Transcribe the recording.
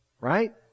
right